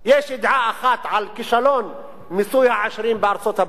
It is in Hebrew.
יש ידיעה אחת על כישלון מיסוי העשירים בארצות-הברית,